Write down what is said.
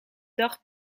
dag